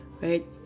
right